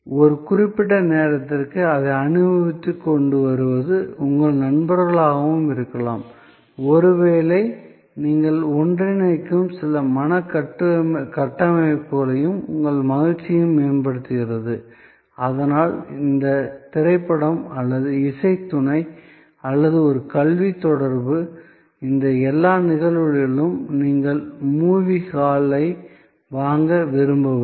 ஒரு குறிப்பிட்ட நேரத்திற்கு அதை அனுபவித்து கொண்டு வருவது உங்கள் நண்பர்களாகவும் இருக்கலாம் ஒருவேளை நீங்கள் ஒன்றிணைக்கும் சில மனக் கட்டமைப்புகள் உங்கள் மகிழ்ச்சியை மேம்படுத்துகிறது அதனால் இந்த திரைப்படம் அல்லது இசைத் துணை அல்லது ஒரு கல்வி தொடர்பு இந்த எல்லா நிகழ்வுகளிலும் நீங்கள் மூவி ஹால் ஐ வாங்க விரும்பவில்லை